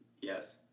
yes